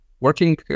working